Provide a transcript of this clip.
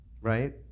Right